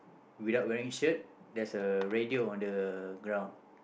without wearing shirt there's a radio on the ground